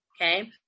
Okay